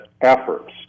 efforts